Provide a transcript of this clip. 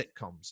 sitcoms